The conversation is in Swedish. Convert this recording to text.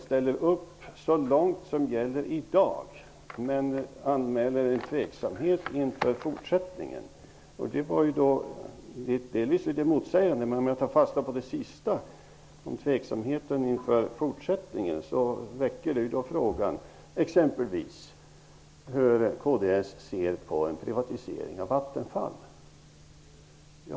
Han talar om att ställa upp ''så långt som det är i dag''. Men han anmäler tveksamhet inför fortsättningen. Det är visserligen litet motsägande. Men jag tar fast på det sista -- det som sades om tveksamheten inför fortsättningen. Det väcker exempelvis frågan hur kds ser på en privatisering av Vattenfall.